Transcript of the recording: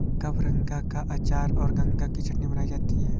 कबरंगा का अचार और गंगा की चटनी बनाई जाती है